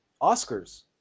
Oscars